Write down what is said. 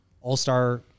all-star